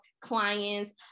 clients